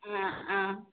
ആ ആ